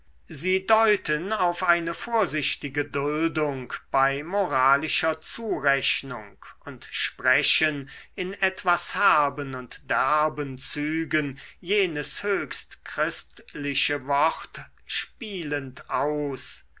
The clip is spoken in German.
sie deuten auf eine vorsichtige duldung bei moralischer zurechnung und sprechen in etwas herben und derben zügen jenes höchst christliche wort spielend aus